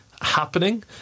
happening